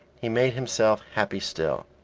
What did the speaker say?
he made himself happy still.